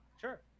Sure